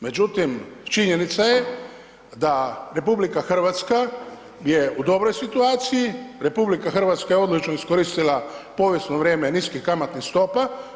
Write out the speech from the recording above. Međutim, činjenica je da RH je u dobroj situaciji, RH je odlično iskoristila povijesno vrijeme niskih kamatnih stopa.